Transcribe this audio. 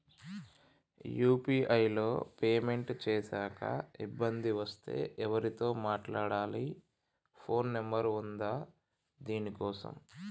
UPI లో payment చేశాక ఇబ్బంది వస్తే ఎవరితో మాట్లాడాలి? ఫోన్ నంబర్ ఉందా దీనికోసం?